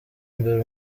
imbere